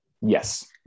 Yes